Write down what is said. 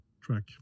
track